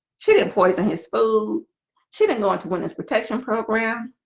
she didn't poison his food she didn't go into witness protection program